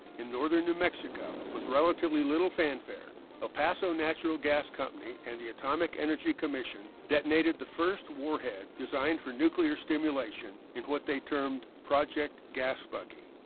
in northern new mexico with relatively little fanfare el paso national gas company and the atomic energy commission detonated the first warhead designed for nuclear stimulation in what they termed project gasbuggy.